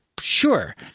sure